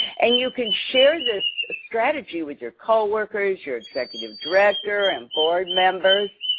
and you can share this strategy with your coworkers, your executive director, and board members.